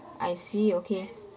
I see okay